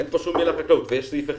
אין פה שום מילה על חקלאות, ויש סעיף אחד.